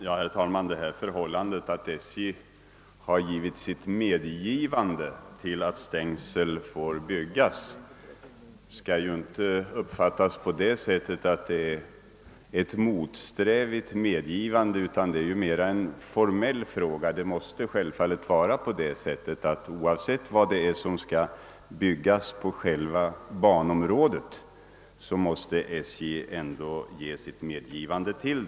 Herr talman! Det förhållandet att SJ har lämnat sitt medgivande till att stängsel får byggas skall inte uppfattas så, att det här är fråga om ett motsträvigt medgivande utan det är mera en formell fråga; självfallet måste SJ — oavsett vad som skall byggas på själva banområdet — ändå ge sitt tillstånd därtill.